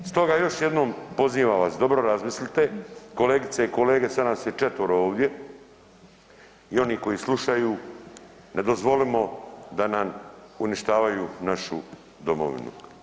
Stoga još jednom pozivam vas dobro razmislite kolegice i kolege, sada nas je četvero ovdje i oni koji slušaju ne dozvolimo da nam uništavaju našu domovinu.